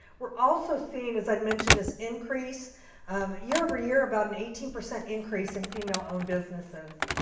we're also seeing as i've mentioned this increase um year over year about an eighteen percent increase in female owned businesses.